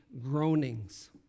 groanings